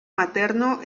materno